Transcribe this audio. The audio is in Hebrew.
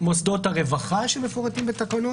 מוסדות הרווחה שמפורטים בתקנות,